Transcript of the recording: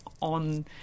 on